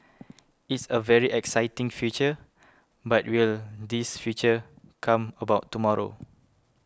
it's a very exciting future but will this future come about tomorrow